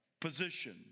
position